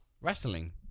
wrestling